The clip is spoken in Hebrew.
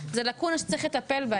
היא לקונה שצריך לטפל בה.